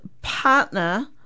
partner